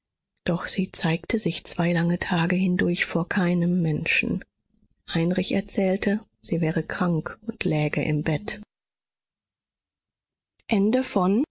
doch sie zeigte sich zwei lange tage hindurch vor keinem menschen heinrich erzählte sie wäre krank und läge im bett